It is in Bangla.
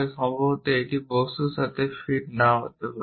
সম্ভবত এটি সেই বস্তুর সাথেও ফিট নাও হতে পারে